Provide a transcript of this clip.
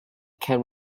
can